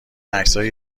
عکسهای